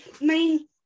main